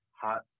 hot